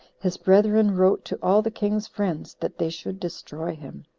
his brethren wrote to all the king's friends, that they should destroy him.